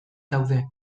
daude